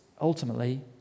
ultimately